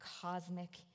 cosmic